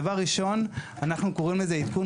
דבר ראשון אנחנו קוראים לזה עדכון